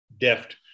deft